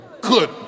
good